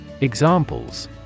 Examples